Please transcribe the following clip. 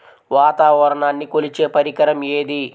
వాతావరణాన్ని కొలిచే పరికరం ఏది?